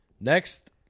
Next